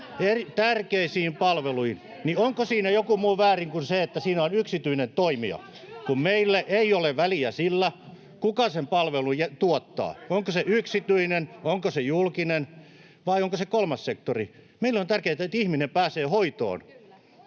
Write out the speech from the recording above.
tärkeisiin palveluihin, niin onko siinä joku muu väärin kuin se, että siinä on yksityinen toimija? Meille ei ole väliä sillä, kuka sen palvelun tuottaa, onko se yksityinen, onko se julkinen vai onko se kolmas sektori. Meille on tärkeätä, että ihminen pääsee hoitoon,